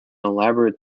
elaborate